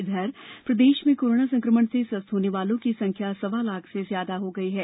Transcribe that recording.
इधर प्रदेश में कोरोना संकमण से स्वस्थ होने वालों की संख्या सवा लाख से ज्यादा हो गई है